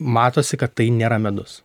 matosi kad tai nėra medus